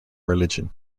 religion